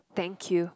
thank you